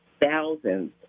thousands